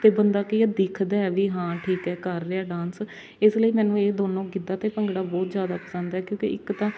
ਤਾਂ ਬੰਦਾ ਕੀ ਹੈ ਦਿਖਦਾ ਵੀ ਹਾਂ ਠੀਕ ਆ ਕਰ ਰਿਹਾ ਡਾਂਸ ਇਸ ਲਈ ਮੈਨੂੰ ਇਹ ਦੋਨੋਂ ਗਿੱਧਾ ਅਤੇ ਭੰਗੜਾ ਬਹੁਤ ਜ਼ਿਆਦਾ ਪਸੰਦ ਹੈ ਕਿਉਂਕਿ ਇੱਕ ਤਾਂ